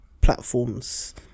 platforms